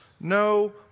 no